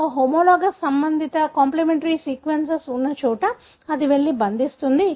కాబట్టి ఆ హోమోలాగస్ సంబంధిత కాంప్లిమెంటరీ సీక్వెన్స్ ఉన్నచోట అది వెళ్లి బంధిస్తుంది